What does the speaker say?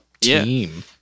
team